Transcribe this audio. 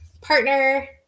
partner